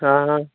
आं